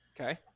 Okay